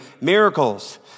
miracles